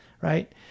right